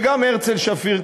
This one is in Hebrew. וגם הרצל שפיר,